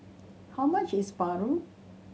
how much is Paru